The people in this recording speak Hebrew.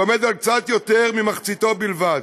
ועמד על קצת יותר ממחציתו בלבד.